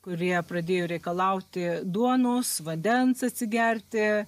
kurie pradėjo reikalauti duonos vandens atsigerti